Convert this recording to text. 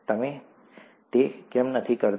તમે તે કેમ નથી કરતા